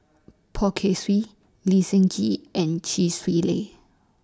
Poh Kay Swee Lee Seng Gee and Chee Swee Lee